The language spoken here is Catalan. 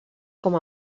com